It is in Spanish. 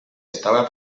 estaba